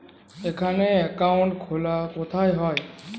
এখানে অ্যাকাউন্ট খোলা কোথায় হয়?